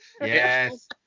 Yes